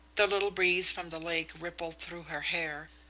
the little breeze from the lake rippled through her hair,